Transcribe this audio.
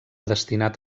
destinat